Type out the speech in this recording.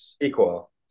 equal